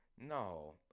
No